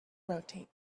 rotate